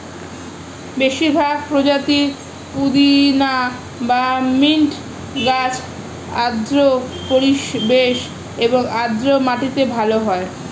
বেশিরভাগ প্রজাতির পুদিনা বা মিন্ট গাছ আর্দ্র পরিবেশ এবং আর্দ্র মাটিতে ভালো হয়